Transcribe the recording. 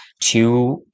two